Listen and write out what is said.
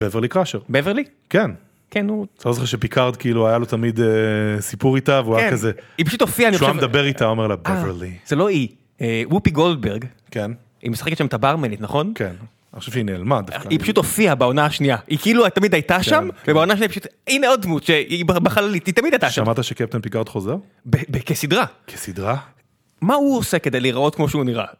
בברלי קראשר בברלי כן כן אתה לא זוכר שפיקארד כאילו היה לו תמיד סיפור איתה והוא היה כזה. היא פשוט הופיעה. הוא היה מדבר איתה אומר לה זה לא היא. וופי גולדברג כן אם משחקת שם את הברמנית נכון כן. עכשיו היא נעלמה היא פשוט הופיעה בעונה השנייה היא כאילו תמיד הייתה שם ובעונה שנייה הנה עוד דמות שהיא בחללית היא תמיד הייתה שם. שמעת שקפטן פיקרד חוזר? כסדרה סדרה מה הוא עושה כדי להיראות כמו שהוא נראה.